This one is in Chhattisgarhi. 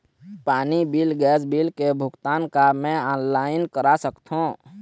पानी बिल गैस बिल के भुगतान का मैं ऑनलाइन करा सकथों?